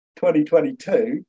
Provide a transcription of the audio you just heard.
2022